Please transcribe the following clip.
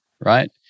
right